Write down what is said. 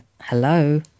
hello